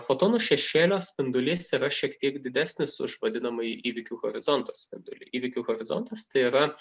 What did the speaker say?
fotonų šešėlio spindulys yra šiek tiek didesnis už vadinamąjį įvykių horizonto spindulį įvykių horizontas tai yra